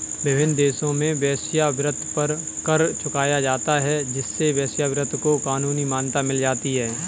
विभिन्न देशों में वेश्यावृत्ति पर कर चुकाया जाता है जिससे वेश्यावृत्ति को कानूनी मान्यता मिल जाती है